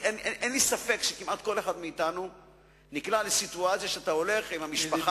אין לי ספק שכמעט כל אחד מאתנו נקלע לסיטואציה שאתה הולך עם המשפחה,